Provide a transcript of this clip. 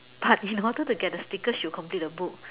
but in order to get the sticker she'll complete the book